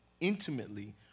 intimately